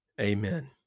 Amen